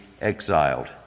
exiled